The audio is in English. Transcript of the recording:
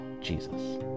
Jesus